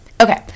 okay